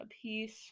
apiece